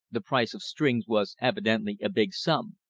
the price of strings was evidently a big sum.